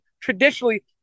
traditionally